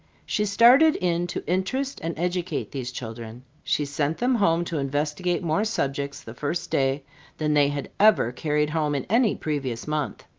she started in to interest and educate these children she sent them home to investigate more subjects the first day than they had ever carried home in any previous month.